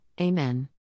Amen. –